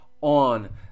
on